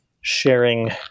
sharing